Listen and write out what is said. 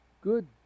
Good